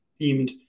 themed